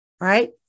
right